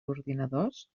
ordinadors